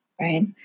right